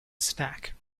stack